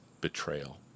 betrayal